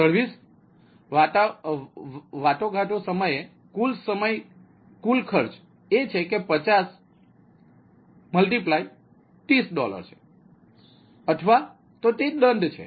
તેથી સર્વિસ વાટાઘાટો સમયે કુલ ખર્ચ એ છે કે 50 ક્રોસ 30 ડોલર છે અથવા તે દંડ છે